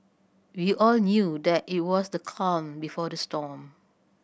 we all knew that it was the calm before the storm